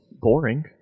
boring